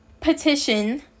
petition